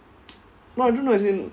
no I don't know as in